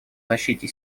защите